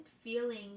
feeling